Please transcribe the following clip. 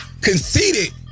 Conceded